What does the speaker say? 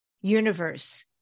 universe